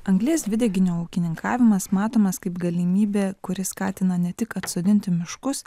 anglies dvideginio ūkininkavimas matomas kaip galimybė kuri skatina ne tik atsodinti miškus